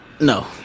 No